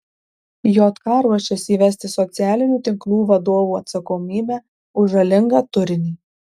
jk ruošiasi įvesti socialinių tinklų vadovų atsakomybę už žalingą turinį